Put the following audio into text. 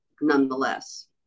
nonetheless